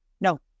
no